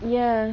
ya